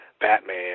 Batman